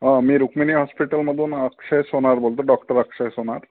हं मी रुक्मिणी हॉस्पिटलमधून अक्षय सोनार बोलतो डॉक्टर अक्षय सोनार